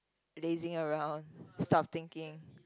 lazing around stuff thinking